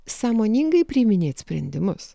sąmoningai priiminėt sprendimus